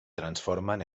transforman